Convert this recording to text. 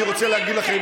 אני רוצה להגיד לכם,